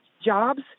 jobs